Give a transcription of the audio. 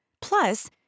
Plus